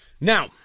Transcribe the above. Now